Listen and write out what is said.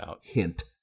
hint